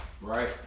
right